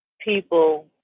people